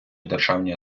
державні